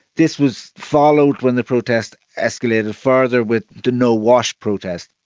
this was followed when the protest escalated further with the no-wash protest.